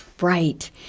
Right